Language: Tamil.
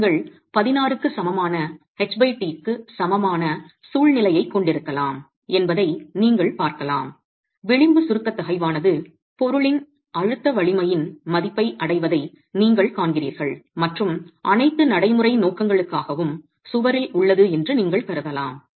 நீங்கள் 16 க்கு சமமான ht க்கு சமமான சூழ்நிலையைக் கொண்டிருக்கலாம் என்பதை நீங்கள் பார்க்கலாம் விளிம்பு சுருக்கத் தகைவானது பொருளின் அழுத்தசுருக்க வலிமையின் மதிப்பை அடைவதை நீங்கள் காண்கிறீர்கள் மற்றும் அனைத்து நடைமுறை நோக்கங்களுக்காகவும் சுவரில் உள்ளது என்று நீங்கள் கருதலாம்